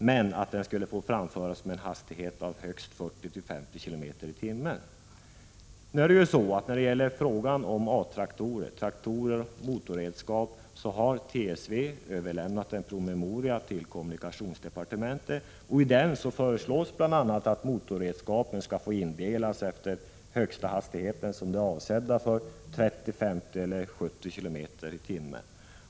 Ungdomsbilen skulle emellertid få framföras med en hastighet av högst 40-50 km tim.